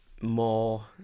more